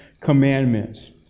commandments